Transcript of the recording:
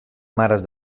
mares